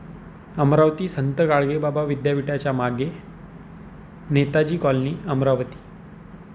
अमरावती संत गाडगे बाबा विद्यापीठाच्या मागे नेताजी कॉलनी अमरावती